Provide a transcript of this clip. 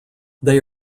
they